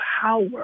power